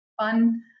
fun